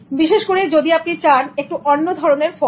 বিশেষ করে যদি আপনি চান একটু অন্য ধরনের ফল